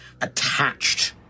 attached